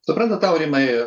suprantat aurimai